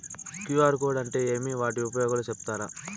QR code అంటే ఏమి వాటి ఉపయోగాలు సెప్తారా?